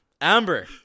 Amber